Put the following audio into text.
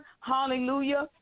Hallelujah